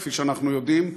כפי שאנחנו יודעים,